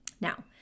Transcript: Now